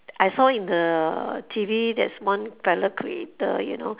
I saw in the T_V there is one propeller creator you know